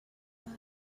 that